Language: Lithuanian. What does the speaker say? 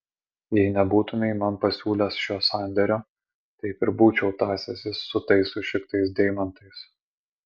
jei nebūtumei man pasiūlęs šio sandėrio taip ir būčiau tąsęsis su tais sušiktais deimantais